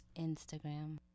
Instagram